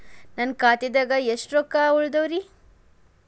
ನನ್ನ ಖಾತೆದಾಗ ಎಷ್ಟ ರೊಕ್ಕಾ ಉಳದಾವ್ರಿ?